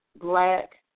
black